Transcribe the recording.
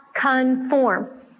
conform